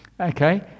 okay